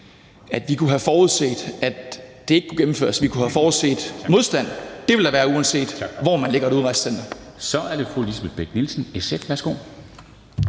at vi kunne have forudset, at det ikke kunne gennemføres. Vi kunne have forudset modstand, for det vil der være, uanset hvor man ligger et udrejsecenter. Kl. 09:19 Formanden (Henrik